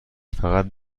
فقط